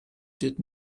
did